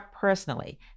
personally